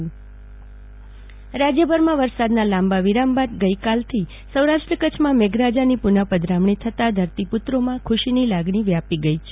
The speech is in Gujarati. જાગૃતિ વકીલ હવામાન રાજ્યભરમાં વરસાદના લાંબા વિરામ બાદ ગઈકાલથી સૌરાષ્ટ્ર કચ્છમાં મેઘરાજાની પુનઃપધરામણી થતા ધરતીપુત્રોમાં ખુશીની લાગણી વ્યાપી ગઈ છે